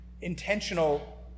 intentional